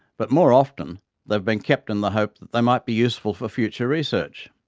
but more often they have been kept in the hope that they might be useful for future research.